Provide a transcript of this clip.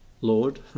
Lord